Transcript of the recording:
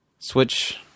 Switch